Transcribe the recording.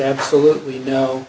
absolutely no